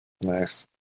Nice